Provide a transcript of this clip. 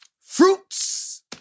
fruits